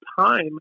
time